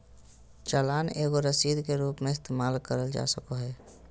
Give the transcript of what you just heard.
चालान के एगो रसीद के रूप मे इस्तेमाल करल जा सको हय